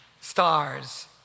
stars